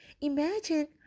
Imagine